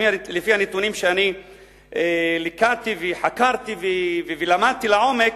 לפי הנתונים שאני ליקטתי וחקרתי ולמדתי לעומק: